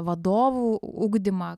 vadovų ugdymą